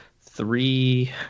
three